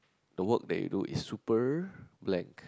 the work that you do is super blank